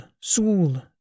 Soul